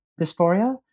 Dysphoria